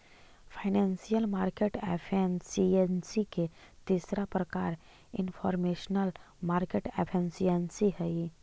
financial market efficiency के तीसरा प्रकार इनफॉरमेशनल मार्केट एफिशिएंसी हइ